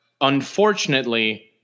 unfortunately